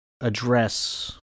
address